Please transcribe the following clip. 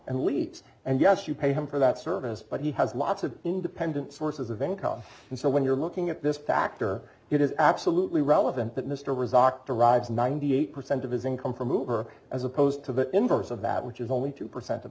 and leaks and yes you pay him for that service but he has lots of independent sources of income and so when you're looking at this factor it is absolutely relevant that mr was octal rives ninety eight percent of his income for mover as opposed to the inverse of that which is only two percent of